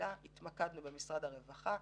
בקהילה התמקדנו במשרד הרווחה.